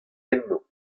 enno